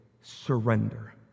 surrender